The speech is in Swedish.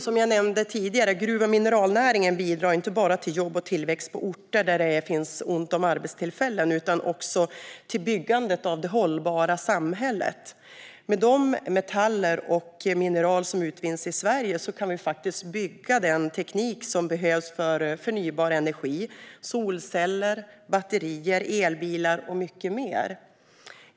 Som jag nämnde tidigare bidrar gruv och mineralnäringen inte bara till jobb och tillväxt på orter där det är ont om arbetstillfällen utan också till byggandet av det hållbara samhället. Med de metaller och mineraler som utvinns i Sverige kan vi bygga den teknik som behövs för förnybar energi, solceller, batterier, elbilar och mycket mer.